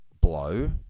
Blow